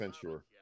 sure